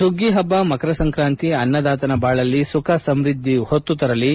ಸುಗ್ಗಿ ಹಬ್ಲ ಮಕರ ಸಂಕ್ರಾಂತಿ ಅನ್ನದಾತನ ಬಾಳಲ್ಲಿ ಸುಖ ಸಮೃದ್ದಿಯನ್ನು ಹೊತ್ತು ತರಲಿ